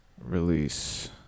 release